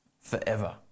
forever